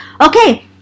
okay